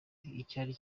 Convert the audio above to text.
icyari